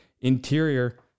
interior